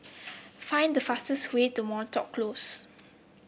find the fastest way to Moreton Close